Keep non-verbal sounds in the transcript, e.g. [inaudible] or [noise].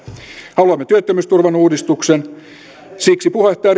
haluamme työttömyysturvan uudistuksen siksi puheenjohtaja [unintelligible]